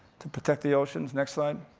to protect the oceans, next slide.